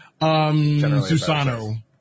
Susano